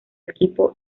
equipo